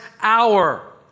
hour